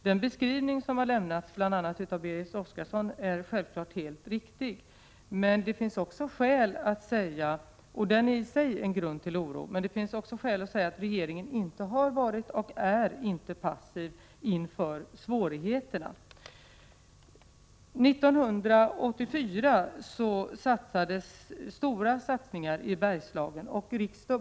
Den beskrivning som bl.a. Berit Oscarsson har lämnat är självfallet helt riktig, och den är i sig en grund till oro, men det finns skäl att säga att regeringen inte har varit och inte är passiv inför svårigheterna. Under 1984 gjordes stora satsningar i Bergslagen.